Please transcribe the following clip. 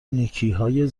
نیکیهای